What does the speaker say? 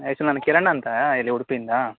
ಹೆಸ್ರು ನಾನು ಕಿರಣ್ ಅಂತ ಇಲ್ಲಿ ಉಡುಪಿ ಇಂದ